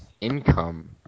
income